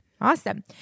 Awesome